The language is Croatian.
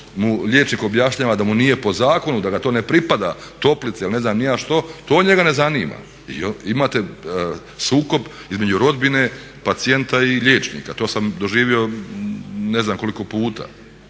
mu liječnik objašnjava da mu nije po zakonu da ga to ne pripada, toplice ili ne znam ni ja što, to njega ne zanima. Imate sukob između rodbine, pacijenta i liječnika. To sam doživio ne znam koliko puta.